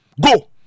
Go